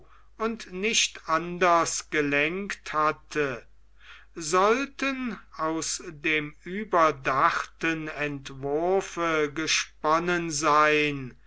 und nicht anders gelenkt hatte sollten aus dem überdachten entwurfe gesponnen sein